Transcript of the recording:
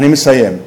אני מסיים.